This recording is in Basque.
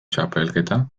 txapelketa